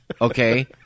okay